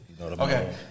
Okay